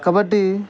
kabaddi